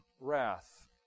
wrath